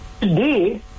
Today